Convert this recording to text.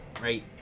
Right